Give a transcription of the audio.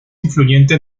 influyente